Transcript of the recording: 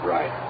Right